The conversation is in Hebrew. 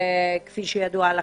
היום יום שלישי,